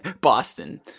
Boston